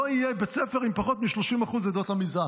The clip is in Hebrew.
לא יהיה בית ספר עם פחות מ-30% מעדות המזרח.